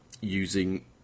using